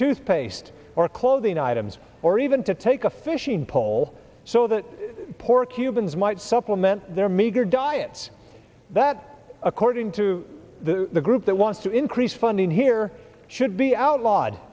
toothpaste or clothing items or even to take a fishing pole so that poor cubans might supplement their meagre diets that according to the group that wants to increase funding here should be outlawed